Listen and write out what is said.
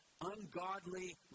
ungodly